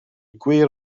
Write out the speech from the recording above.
gwir